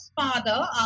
father